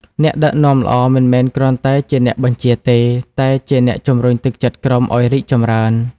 អ្នកដឹកនាំល្អ មិនមែនគ្រាន់តែជាអ្នកបញ្ជាទេ តែជាអ្នកជំរុញទឹកចិត្តក្រុមឲ្យរីកចម្រើន។